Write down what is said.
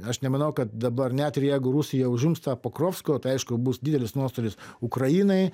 aš nemanau kad dabar net ir jeigu rusija užims tą pokrovskio tai aišku bus didelis nuostolis ukrainai